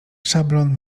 szablon